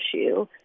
issue